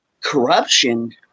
corruption